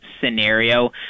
scenario